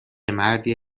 مردی